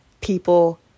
people